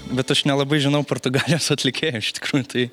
bet aš nelabai žinau portugalijos atlikėų iš tikrųjų tai